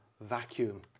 vacuum